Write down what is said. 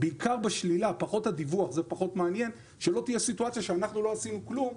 בעיקר בשלילה ופחות בדיווח שלא תהיה סיטואציה שאנחנו לא עשינו כלום.